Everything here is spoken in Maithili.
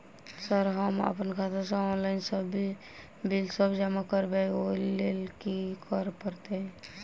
सर हम अप्पन खाता सऽ ऑनलाइन सऽ बिल सब जमा करबैई ओई लैल की करऽ परतै?